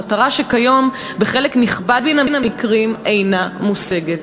מטרה שכיום בחלק נכבד מן המקרים אינה מושגת.